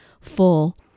full